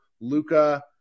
Luca